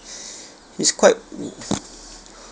he's quite